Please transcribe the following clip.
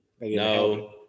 No